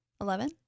eleven